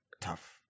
tough